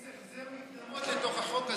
זה החזר מקדמות לתוך החוק הזה.